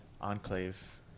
Enclave